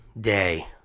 day